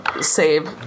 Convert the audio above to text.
save